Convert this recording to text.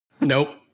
Nope